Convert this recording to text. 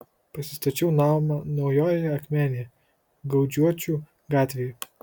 pasistačiau namą naujojoje akmenėje gaudžiočių gatvėje